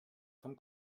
vom